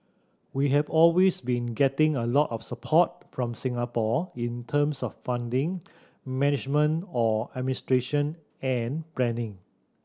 we have always been getting a lot of support from Singapore in terms of funding management or administration and planning